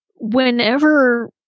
whenever